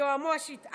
היועמ"שית,